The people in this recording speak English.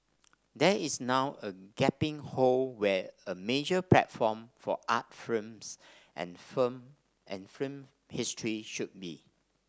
there is now a gaping hole where a major platform for art films and film and film history should be